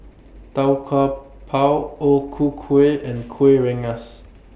Tau Kwa Pau O Ku Kueh and Kuih Rengas